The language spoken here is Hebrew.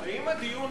אם הדיון